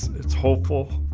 it's hopeful.